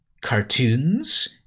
cartoons